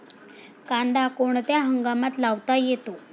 कांदा कोणत्या हंगामात लावता येतो?